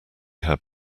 had